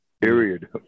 Period